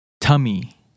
Tummy